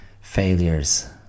failures